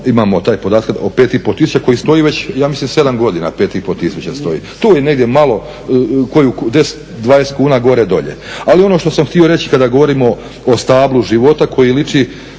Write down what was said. imamo taj podatak o pet i pol tisuća koji stoji već ja mislim 7 godina 5 i pol tisuća stoji. Tu je negdje malo koju, deset, dvadeset kuna gore, dolje. Ali ono što sam htio reći kada govorimo o stablu života koji liči